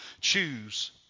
choose